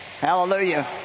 Hallelujah